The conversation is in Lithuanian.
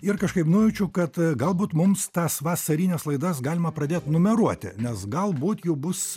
ir kažkaip nujaučiu kad galbūt mums tas vasarines laidas galima pradėt numeruoti nes galbūt jų bus